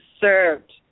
served